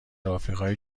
آفریقای